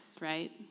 right